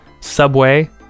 subway